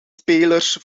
spelers